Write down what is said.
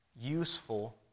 useful